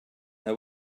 they